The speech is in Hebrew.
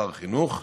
אוצר וחינוך.